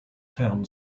town